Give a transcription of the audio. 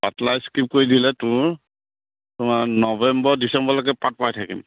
কৰি দিলে তোৰ তোমাৰ নৱেম্বৰ ডিচেম্বৰলৈকে পাত পাই থাকিম